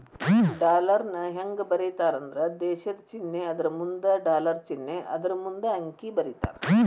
ಡಾಲರ್ನ ಹೆಂಗ ಬರೇತಾರಂದ್ರ ದೇಶದ್ ಚಿನ್ನೆ ಅದರಮುಂದ ಡಾಲರ್ ಚಿನ್ನೆ ಅದರಮುಂದ ಅಂಕಿ ಬರೇತಾರ